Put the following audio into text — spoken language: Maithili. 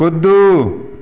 कुद्दू